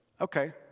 Okay